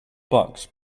bugs